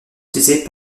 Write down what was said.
utilisés